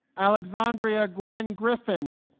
alexandria gwynn griffin